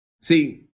See